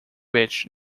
beach